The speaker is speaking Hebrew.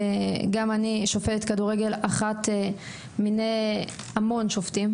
גם אני שופטת כדורגל אחת מהמון שופטים.